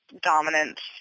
dominance